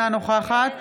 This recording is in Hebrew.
נוכחת